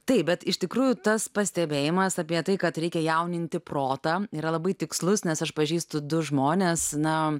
taip bet iš tikrųjų tas pastebėjimas apie tai kad reikia jauninti protą yra labai tikslus nes aš pažįstu du žmones na